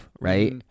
right